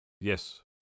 Yes